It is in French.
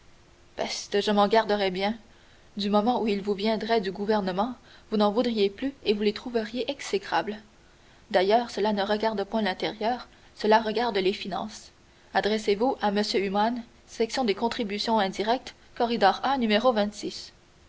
peste je m'en garderais bien du moment où ils vous viendraient du gouvernement vous n'en voudriez plus et les trouveriez exécrables d'ailleurs cela ne regarde point l'intérieur cela regarde les finances adressez-vous à m humann section des contributions indirectes corridor